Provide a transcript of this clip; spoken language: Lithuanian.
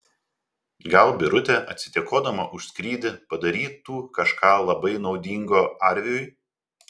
gal birutė atsidėkodama už skrydį padarytų kažką labai naudingo arviui